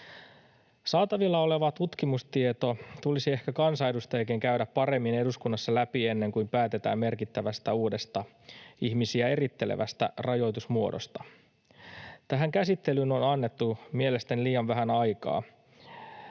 Saatavilla oleva tutkimustieto tulisi ehkä kansanedustajienkin käydä paremmin eduskunnassa läpi ennen kuin päätetään merkittävästä uudesta, ihmisiä erittelevästä rajoitusmuodosta. Tähän käsittelyyn on annettu mielestäni liian vähän aikaa.